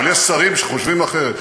אבל יש שרים שחושבים אחרת.